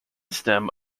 stem